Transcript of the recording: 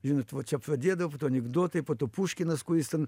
žinot va čia pradėdavo anikdotai po to puškinas kuris ten